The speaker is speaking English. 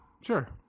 sure